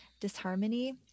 disharmony